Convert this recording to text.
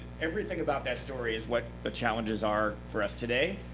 everything about that story is what the challenges are for us today.